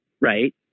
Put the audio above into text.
right